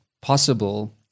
possible